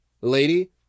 lady